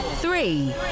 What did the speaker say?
three